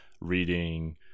reading